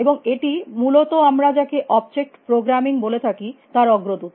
এবং এটি মূলত আমরা যাকে অবজেক্ট প্রোগ্রামিং বলে থাকি তার অগ্রদূত